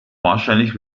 wahrscheinlich